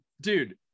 dude